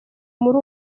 muri